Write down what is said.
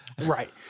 Right